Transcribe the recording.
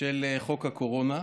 של חוק הקורונה.